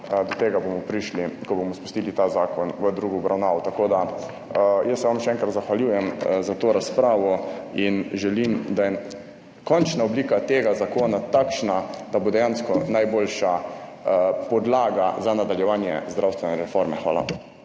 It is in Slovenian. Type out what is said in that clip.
do tega prišli, ko bomo spustili ta zakon v drugo obravnavo. Jaz se vam še enkrat zahvaljujem za to razpravo in želim, da je končna oblika tega zakona takšna, da bo dejansko najboljša podlaga za nadaljevanje zdravstvene reforme. Hvala.